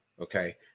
okay